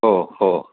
हो हो